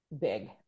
big